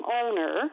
owner